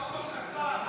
שלמה, קצר.